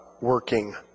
working